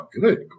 good